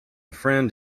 friend